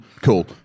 Cool